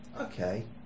Okay